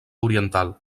oriental